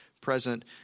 present